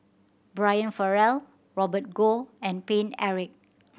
Brian Farrell Robert Goh and Paine Eric